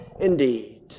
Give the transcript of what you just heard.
indeed